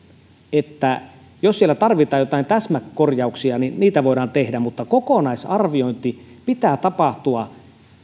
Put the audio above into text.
että jos siellä tarvitaan joitain täsmäkorjauksia niin niitä voidaan tehdä mutta kokonaisarvioinnin pitää tapahtua